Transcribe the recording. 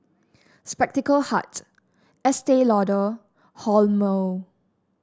Spectacle Hut Estee Lauder Hormel